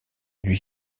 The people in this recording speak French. lui